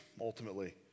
ultimately